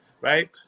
right